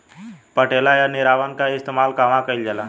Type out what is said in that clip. पटेला या निरावन का इस्तेमाल कहवा कइल जाला?